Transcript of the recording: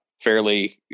Fairly